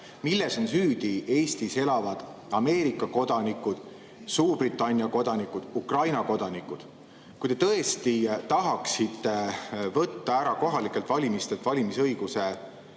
Milles on süüdi Eestis elavad Ameerika kodanikud, Suurbritannia kodanikud ja Ukraina kodanikud? Kui te tõesti tahaksite võtta ära kohalikel valimistel valimisõiguse